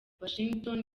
washington